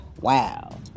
wow